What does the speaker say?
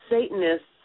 Satanists